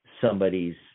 somebody's